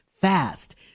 fast